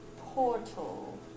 portal